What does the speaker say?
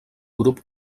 grup